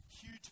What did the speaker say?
huge